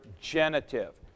genitive